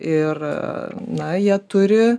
ir na jie turi